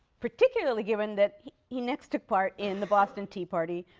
particularly given that he next took part in the boston tea party.